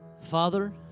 Father